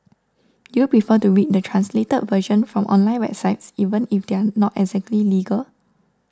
do you prefer to read the translated version from online websites even if they are not exactly legal